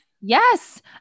Yes